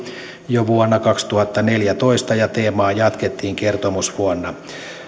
jo vuonna kaksituhattaneljätoista ja teemaa jatkettiin kertomusvuon na